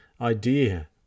idea